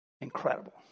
Incredible